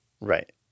Right